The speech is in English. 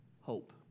hope